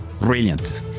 Brilliant